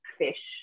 fish